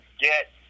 get